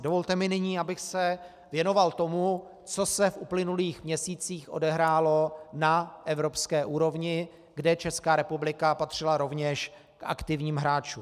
Dovolte mi nyní, abych se věnoval tomu, co se v uplynulých měsících odehrálo na evropské úrovni, kde Česká republika patřila rovněž k aktivním hráčům.